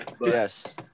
Yes